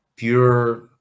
pure